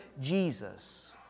Jesus